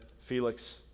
Felix